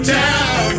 town